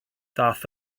daeth